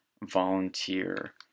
volunteer